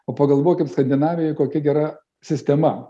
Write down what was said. o pagalvokim skandinavijoj kokia gera sistema